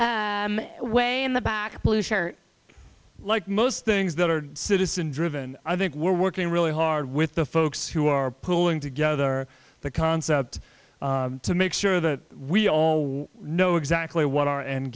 way in the back blue shirt like most things that are citizen driven i think we're working really hard with the folks who are pulling together the concept to make sure that we all know exactly what our and